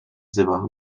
wzywa